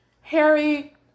Harry